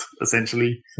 essentially